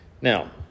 Now